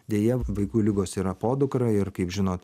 deja vaikų ligos yra podukra ir kaip žinot